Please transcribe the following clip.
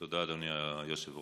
תודה, אדוני היושב-ראש.